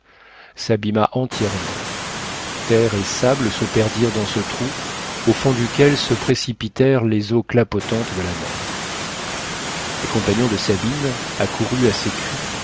s'abîma entièrement terre et sable se perdirent dans ce trou au fond duquel se précipitèrent les eaux clapotantes de la mer les compagnons de sabine accourus à ses cris